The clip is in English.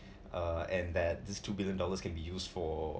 uh and that these two billion dollars can be used for